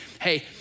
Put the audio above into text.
hey